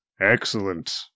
Excellent